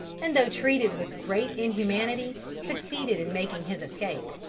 and though treated with great inhumanity, succeeded in making his escape.